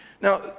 Now